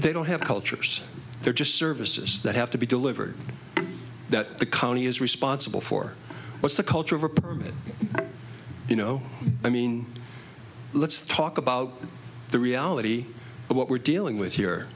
they don't have cultures they're just services that have to be delivered that the county is responsible for what's the culture of a permit you know i mean let's talk about the reality of what we're dealing with